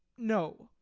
no!